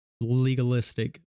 legalistic